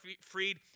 freed